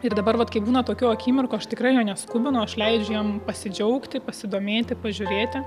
ir dabar vat kai būna tokių akimirkų aš tikrai jo neskubinu aš leidžiu jam pasidžiaugti pasidomėti pažiūrėti